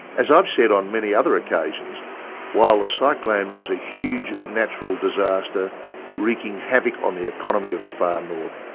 as i've said on many other occasions while the ah cyclone was a huge natural disaster wreaking havoc on the economy of the far north,